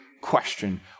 question